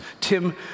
Tim